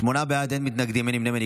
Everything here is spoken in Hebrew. שמונה בעד, אין מתנגדים ואין נמנעים.